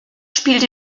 spielt